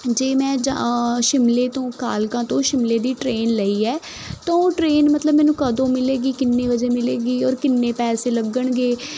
ਜੇ ਮੈਂ ਜ ਸ਼ਿਮਲੇ ਤੋਂ ਕਾਲਕਾ ਤੋਂ ਸ਼ਿਮਲੇ ਦੀ ਟ੍ਰੇਨ ਲਈ ਹੈ ਤਾਂ ਉਹ ਟਰੇਨ ਮਤਲਬ ਮੈਨੂੰ ਕਦੋਂ ਮਿਲੇਗੀ ਕਿੰਨੇ ਵਜੇ ਮਿਲੇਗੀ ਔਰ ਕਿੰਨੇ ਪੈਸੇ ਲੱਗਣਗੇ